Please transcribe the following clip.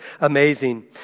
amazing